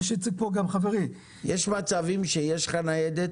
מה שהציג פה גם חברי --- יש מצבים שיש לך ניידת